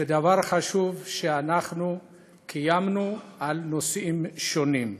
זה דבר חשוב שאנחנו קיימנו דיון על נושאים שונים.